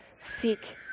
seek